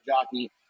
jockey